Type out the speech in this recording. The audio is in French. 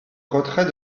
retrait